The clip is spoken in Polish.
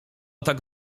tak